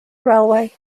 railway